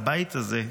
הבית הזה,